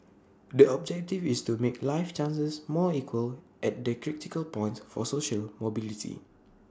the objective is to make life chances more equal at the critical points for social mobility